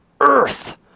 earth